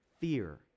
Fear